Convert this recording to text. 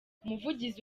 umuvugizi